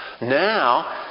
Now